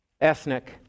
Ethnic